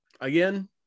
again